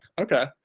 Okay